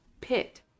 pit